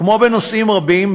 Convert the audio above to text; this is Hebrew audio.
כמו בנושאים רבים,